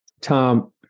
Tom